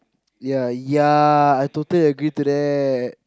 ya ya I totally agree to that